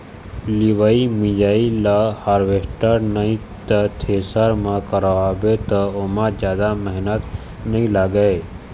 लिवई मिंजई ल हारवेस्टर नइ ते थेरेसर म करवाबे त ओमा जादा मेहनत नइ लागय